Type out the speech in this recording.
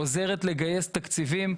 עוזרת לגייס תקציבים.